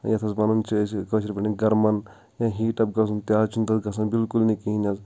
یتھ زَن وَنان چھِ زِ کٲشر پٲٹھۍ گرمان یا ہیٹ اپ گژھُن تہِ حظ چھُنہٕ گژھان بِلکُل نہٕ کِہِیٖنۍ حظ